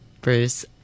Bruce